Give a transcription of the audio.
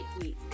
week